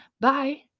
Bye